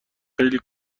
خیلی